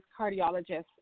cardiologist